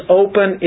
open